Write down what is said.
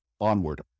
onward